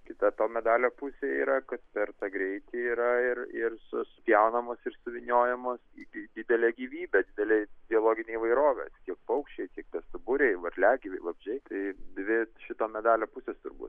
kita to medalio pusė yra kad per tą greitį yra ir ir supjaunamos ir suvyniojamos į didelę gyvybę didelei biologinei įvairovei tiek paukščiai tiek bestuburiai varliagyviai vabzdžiai tai dvi šito medalio pusės turbūt